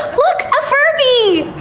look, a furby!